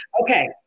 Okay